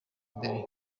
mbere